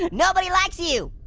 nobody likes you!